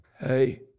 Hey